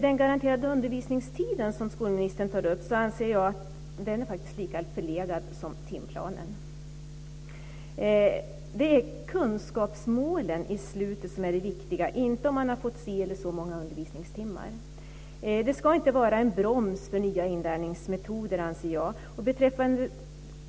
Den garanterade undervisningstiden, som skolministern tar upp, anser jag faktiskt är lika förlegad som timplanen. Det är kunskapsmålen i slutet som är det viktiga inte om man har fått si eller så många undervisningstimmar. Det ska inte vara en broms för nya inlärningsmetoder, anser jag.